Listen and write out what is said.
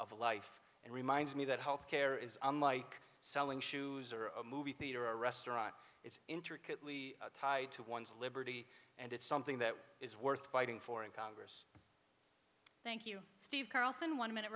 of life and reminds me that health care is unlike selling shoes or a movie theater or a restaurant it's intercut lee tied to one's liberty and it's something that is worth fighting for in congress thank you steve carlson one minute